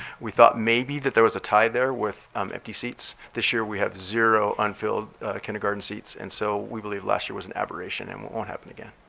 we thought maybe that there was a tie there with empty seats. this year we have zero unfilled kindergarten seats. and so we believe last year was an aberration and won't happen again.